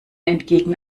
entgegen